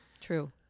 True